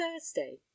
Thursday